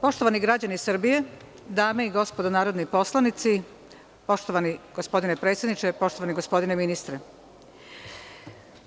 Poštovani građani Srbije, dame i gospodo narodni poslanici, poštovani gospodine predsedniče, poštovani gospodine ministre,